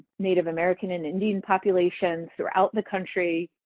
native american and indian populations throughout the country